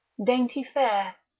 dainty fare,